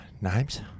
Names